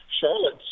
Charlotte